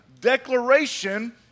declaration